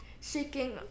shaking